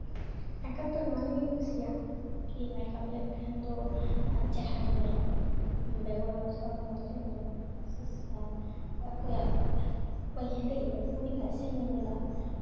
makeup ᱫᱚ ᱱᱚᱣᱟ ᱞᱟᱹᱜᱤᱫ ᱤᱧ ᱠᱩᱥᱤᱭᱟᱜᱼᱟ ᱠᱤ ᱢᱮᱠᱟᱯ ᱞᱮᱱᱠᱷᱟᱱ ᱫᱚ ᱟᱨ ᱪᱮᱦᱨᱟ ᱜᱮᱢ ᱧᱮᱞᱚᱜᱼᱟ ᱵᱮᱜᱚᱨ ᱢᱚᱡᱽ ᱦᱚᱲ ᱦᱚᱸ ᱢᱚᱡᱽ ᱜᱮᱢ ᱧᱮᱞᱚᱜᱼᱟ ᱟᱨ ᱚᱠᱚᱭᱟᱜ ᱚᱠᱚᱭ ᱦᱮᱸᱫᱮ ᱜᱮᱭᱟᱭ ᱩᱱᱤ ᱦᱚᱸ ᱮᱥᱮᱞ ᱧᱚᱜ ᱮ ᱧᱮᱞᱚᱜᱼᱟ